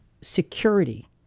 security